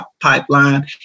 pipeline